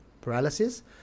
paralysis